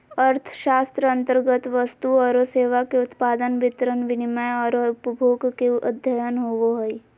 अर्थशास्त्र अन्तर्गत वस्तु औरो सेवा के उत्पादन, वितरण, विनिमय औरो उपभोग के अध्ययन होवो हइ